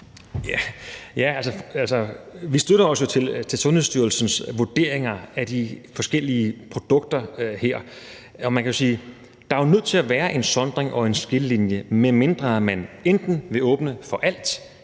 Vi støtter os jo til Sundhedsstyrelsens vurderinger af de forskellige produkter her, og man kan jo sige, at der er nødt til at være en sondring og en skillelinje, medmindre man enten vil åbne for alt